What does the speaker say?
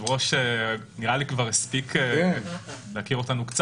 נראה לי שהיושב-ראש הספיק להכיר אותנו.